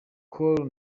col